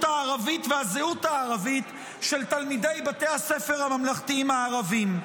הערבית והזהות הערבית של תלמידי בתי הספר הממלכתיים הערבים.